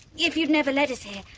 if you'd never led us here,